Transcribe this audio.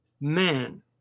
man